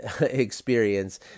experience